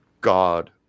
god